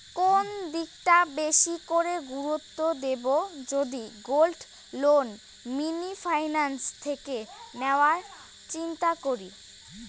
কোন দিকটা বেশি করে গুরুত্ব দেব যদি গোল্ড লোন মিনি ফাইন্যান্স থেকে নেওয়ার চিন্তা করি?